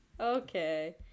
Okay